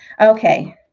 okay